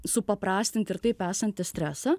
supaprastinti ir taip esantį stresą